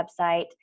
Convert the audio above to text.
website